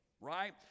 Right